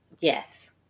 Yes